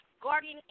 guardian